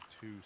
two